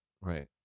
right